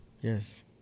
Yes